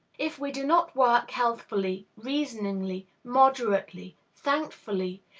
if we do not work healthfully, reasoningly, moderately, thankfully,